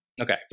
Okay